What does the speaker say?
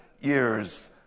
years